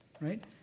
right